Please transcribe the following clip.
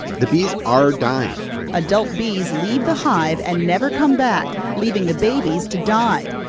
the bees are dying adult bees leave the hive and never come back, leaving the babies to die.